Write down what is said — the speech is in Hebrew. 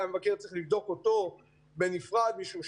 הדיון הבוקר יעסוק בדו"ח מבקר המדינה על פעולות הממשלה לשילובם